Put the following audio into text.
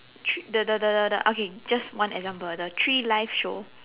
three the the the the okay just one example the three life show